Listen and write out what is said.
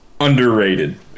Underrated